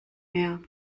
meer